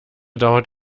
dauert